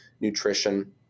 nutrition